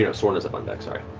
you know soorna's up on next, sorry.